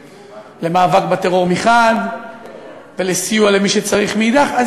למאבק בטרור מחד גיסא ולסיוע למי שצריך מאידך גיסא,